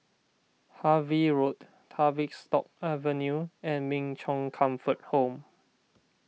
Harvey Road Tavistock Avenue and Min Chong Comfort Home